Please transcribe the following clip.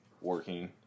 working